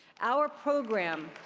our program